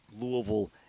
Louisville